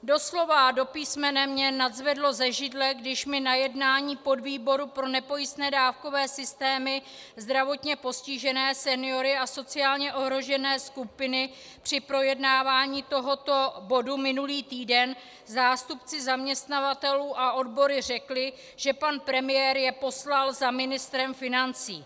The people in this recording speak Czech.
Doslova a do písmene mě nadzvedlo ze židle, když mi na jednání podvýboru pro nepojistné dávkové systémy, zdravotně postižené seniory a sociálně ohrožené skupiny při projednávání tohoto bodu minulý týden zástupci zaměstnavatelů a odbory řekli, že pan premiér je poslal za ministrem financí.